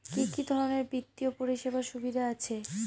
কি কি ধরনের বিত্তীয় পরিষেবার সুবিধা আছে?